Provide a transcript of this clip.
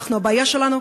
הבעיה שלנו,